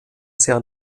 sehr